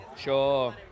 Sure